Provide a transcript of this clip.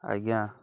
ଆଜ୍ଞା